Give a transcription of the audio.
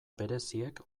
bereziek